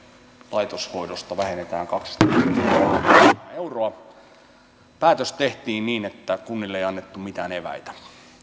laitoshoidosta vähennetään kaksisataaseitsemänkymmentä miljoonaa euroa päätös tehtiin niin että kunnille ei annettu mitään eväitä